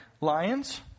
lions